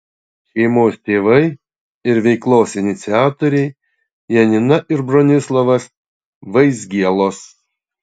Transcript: šeimos tėvai ir veiklos iniciatoriai janina ir bronislovas vaizgielos